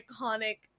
iconic